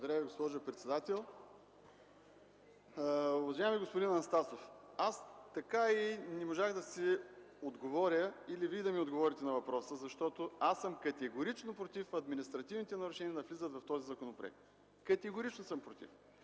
Благодаря Ви, госпожо председател. Уважаеми господин Анастасов, аз така и не можах да си отговоря, тогава Вие ми отговорете на въпроса, защото аз съм категорично против административните нарушения да влизат в този законопроект. Категорично съм против!